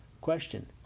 Question